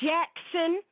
Jackson